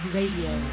Radio